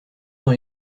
dans